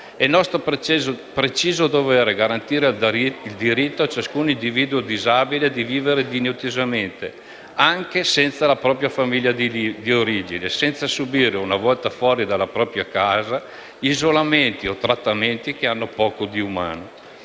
È nostro preciso dovere garantire il diritto a ciascun individuo disabile di vivere dignitosamente, anche senza la propria famiglia di origine, senza subire, una volta fuori dalla propria casa, isolamenti o trattamenti che hanno poco di umano.